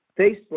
Facebook